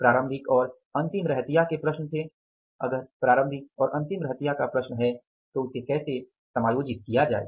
प्रारंभिक और अंतिम रहतिया की प्रश्न थी कि अगर प्रारंभिक और अंतिम रहतिया की प्रश्न है तो उसे कैसे समायोजित किया जाए